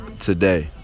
Today